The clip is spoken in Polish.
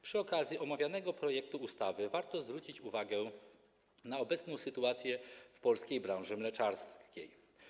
Przy okazji omawianego projektu ustawy warto zwrócić uwagę na obecną sytuację w polskiej branży mleczarskiej.